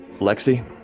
Lexi